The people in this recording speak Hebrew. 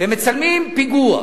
ומצלמים פיגוע